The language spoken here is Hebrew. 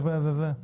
זה זה.